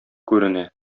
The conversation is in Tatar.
күренә